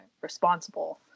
responsible